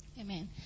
Amen